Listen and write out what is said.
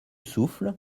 souffle